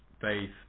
faith